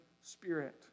spirit